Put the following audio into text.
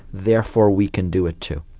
therefore we can do it too'.